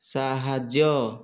ସାହାଯ୍ୟ